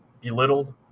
belittled